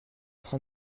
train